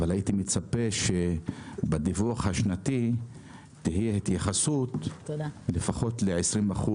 אבל הייתי מצפה שבדיווח השנתי תהיה התייחסות לפחות ל-20%